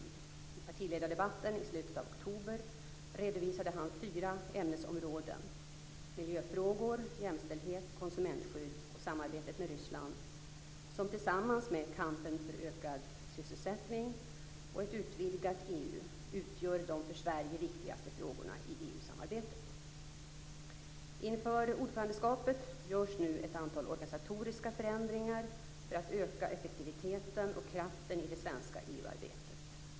I partiledardebatten i slutet av oktober redovisade han fyra ämnesområden - miljöfrågor, jämställdhet, konsumentskydd och samarbetet med Ryssland - som tillsammans med kampen för ökad sysselsättning och ett utvidgat EU utgör de för Sverige viktigaste frågorna i EU-samarbetet. Inför ordförandeskapet görs nu ett antal organisatoriska förändringar för att öka effektiviteten och kraften i det svenska EU-arbetet.